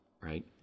right